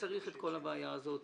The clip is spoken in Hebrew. צריך את כל הבעיה הזאת